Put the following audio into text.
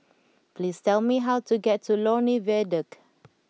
please tell me how to get to Lornie Viaduct